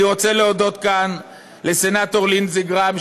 אני רוצה להודות כאן לסנטור לינדזי גראהם,